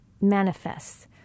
manifests